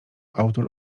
autor